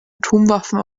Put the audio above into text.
atomwaffen